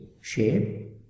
shape